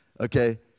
Okay